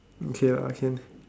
okay ah can